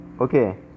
okay